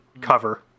Cover